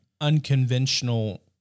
unconventional